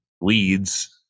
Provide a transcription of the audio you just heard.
leads